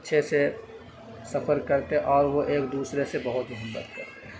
اچھے سے سفر کر کے اور وہ ایک دوسرے سے بہت محبت کرتے ہیں